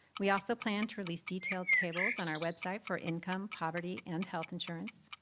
we also plan to release detailed tables on our website for income, poverty, and health insurance.